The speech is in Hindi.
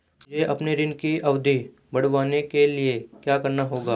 मुझे अपने ऋण की अवधि बढ़वाने के लिए क्या करना होगा?